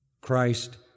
Christ